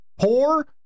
Poor